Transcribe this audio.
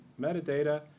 metadata